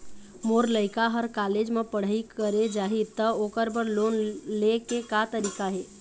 मोर लइका हर कॉलेज म पढ़ई करे जाही, त ओकर बर लोन ले के का तरीका हे?